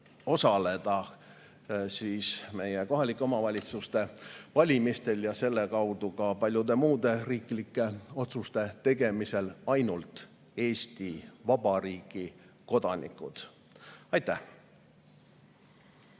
tõesti meie kohalike omavalitsuste valimistel ja selle kaudu ka paljude muude riiklike otsuste tegemisel osaleda ainult Eesti Vabariigi kodanikud. Aitäh!